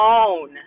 own